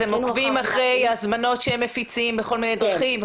אתם עוקבים אחרי ההזמנות שהם מפיצים בכל מיני דרכים?